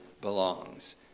belongs